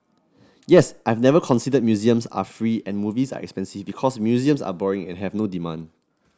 yes I've never considered museums are free and movies are expensive because museums are boring and have no demand